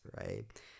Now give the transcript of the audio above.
right